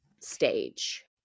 stage